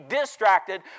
distracted